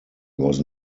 was